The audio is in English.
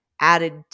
added